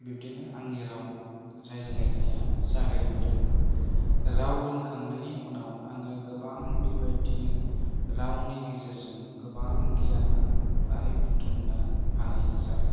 बिबदिनो आंनि राव रायज्लायनाया जागायबोदों राव रोंखांनायनि उनाव आङो गोबां बेबायदिनो रावनि गेजेरजों गोबां गियान आरि बुथुमनो हानाय जादों